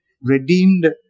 redeemed